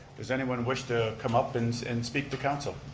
does anyone wish to come up and and speak to council?